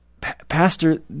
Pastor